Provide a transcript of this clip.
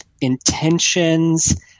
intentions